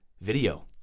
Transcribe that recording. video